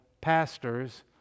pastors